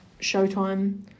Showtime